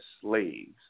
slaves